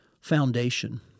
foundation